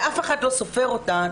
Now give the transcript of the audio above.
ואף אחד לא סופר אותן.